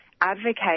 advocate